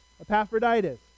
Epaphroditus